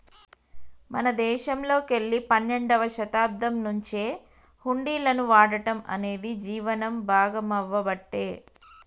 మన దేశంలోకెల్లి పన్నెండవ శతాబ్దం నుంచే హుండీలను వాడటం అనేది జీవనం భాగామవ్వబట్టే